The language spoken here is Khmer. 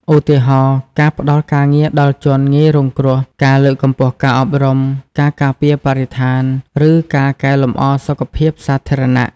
ឧទាហរណ៍ ការផ្តល់ការងារដល់ជនងាយរងគ្រោះ ការលើកកម្ពស់ការអប់រំ ការការពារបរិស្ថាន ឬការកែលម្អសុខភាពសាធារណៈ ។